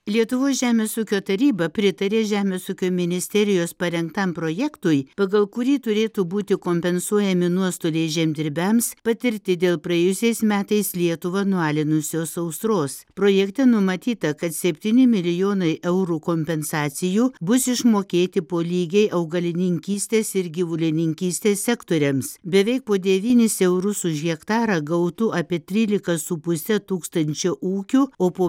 lietuvos žemės ūkio taryba pritarė žemės ūkio ministerijos parengtam projektui pagal kurį turėtų būti kompensuojami nuostoliai žemdirbiams patirti dėl praėjusiais metais lietuvą nualinusios sausros projekte numatyta kad septyni milijonai eurų kompensacijų bus išmokėti po lygiai augalininkystės ir gyvulininkystės sektoriams beveik po devynis eurus už hektarą gautų apie trylika su puse tūkstančio ūkių o po